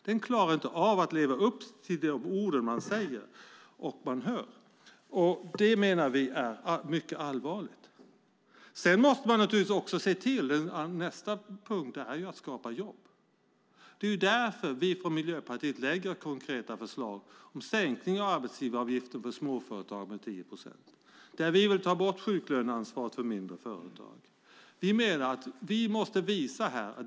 Man klarar inte av att leva upp till det man säger. Det är allvarligt. Nästa punkt är att skapa jobb. Miljöpartiet lägger därför fram konkreta förslag om att sänka arbetsgivaravgiften med 10 procent för småföretag och ta bort sjuklöneansvaret för mindre företag.